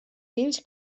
fills